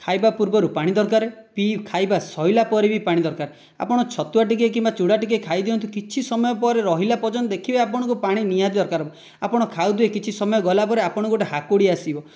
ଖାଇବା ପୂର୍ବରୁ ପାଣି ଦରକାର ଖାଇବା ସରିଲା ପରେ ବି ପାଣି ଦରକାର ଆପଣ ଛତୁଆ ଟିକିଏ କିମ୍ବା ଚୁଡ଼ା ଟିକିଏ ଖାଇ ଦିଅନ୍ତୁ କିଛି ସମୟ ପରେ ରହିଲା ପର୍ଯ୍ୟନ୍ତ ଦେଖିବେ ଆପଣଙ୍କୁ ପାଣି ନିହାତି ଦରକାର ହବ ଆପଣ ଖାଉଥିବେ କିଛି ସମୟ ଗଲାପରେ ଆପଣଙ୍କୁ ଗୋଟେ ହାକୁଡ଼ି ଆସିବ